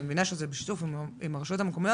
מבינה שזה בשיתוף עם הרשויות המקומיות